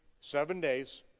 seven days,